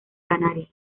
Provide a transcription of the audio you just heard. canarias